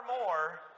more